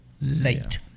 late